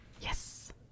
Yes